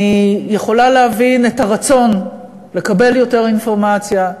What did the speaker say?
אני יכולה להבין את הרצון לקבל יותר אינפורמציה,